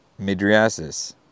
midriasis